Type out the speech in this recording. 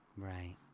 Right